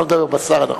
אני לא מדבר בשר הנכון.